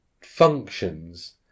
functions